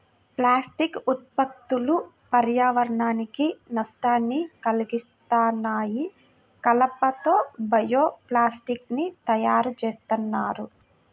plastic ఉత్పత్తులు పర్యావరణానికి నష్టాన్ని కల్గిత్తన్నాయి, కలప తో బయో ప్లాస్టిక్ ని తయ్యారుజేత్తన్నారు